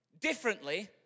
differently